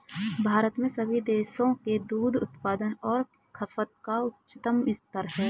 भारत में सभी देशों के दूध उत्पादन और खपत का उच्चतम स्तर है